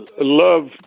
love